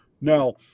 Now